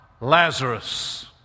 Lazarus